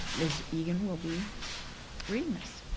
ms. egan will be reading this.